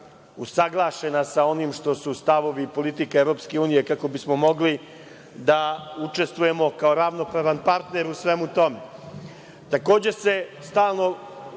usaglašena sa onim što su stavovi i politika EU, kako bismo mogli da učestvujemo kao ravnopravan partner u svemu tome. Takođe se stalno